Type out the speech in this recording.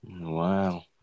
Wow